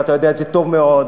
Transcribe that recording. ואתה יודע את זה טוב מאוד,